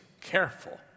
careful